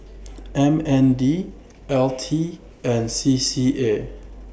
M N D L T and C C A